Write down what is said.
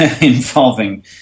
involving